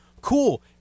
cool